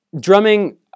Drumming